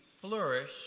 flourish